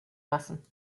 lassen